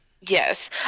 Yes